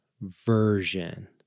version